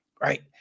right